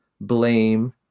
blame